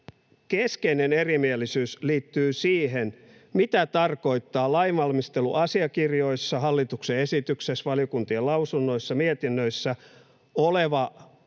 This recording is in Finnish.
keskeinen erimielisyys liittyy siihen, mitä tarkoittaa lainvalmisteluasiakirjoissa — hallituksen esityksessä, valiokuntien lausunnoissa, mietinnöissä — oleva